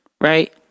right